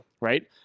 Right